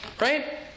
right